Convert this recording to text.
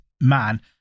man